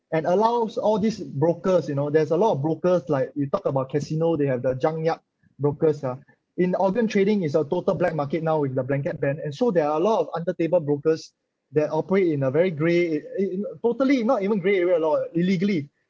and allows all these brokers you know there's a lot of brokers like we talk about casino they have the junkyard brokers ya in organ trading is a total black market now with the blanket ban and so there are a lot of under table brokers that operate in a very grey a~ uh you know totally not even grey area a lot illegally